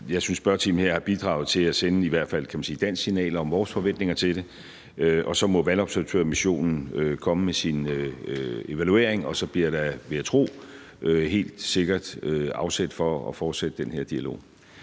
Jeg synes, spørgetiden her i hvert fald har bidraget til at sende, kan man sige, et dansk signal om vores forventninger til det. Og så må valgobservatørmissionen komme med sin evaluering, og så bliver der, vil jeg tro, helt sikkert afsæt for at fortsætte den her dialog.